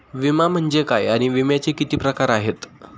विमा म्हणजे काय आणि विम्याचे किती प्रकार आहेत?